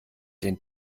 den